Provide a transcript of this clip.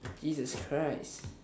jesus christ